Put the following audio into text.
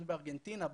בארגנטינה,